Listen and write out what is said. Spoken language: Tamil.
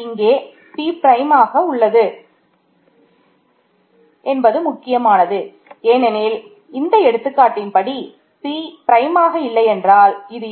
இது கண்டிப்பாக